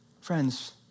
Friends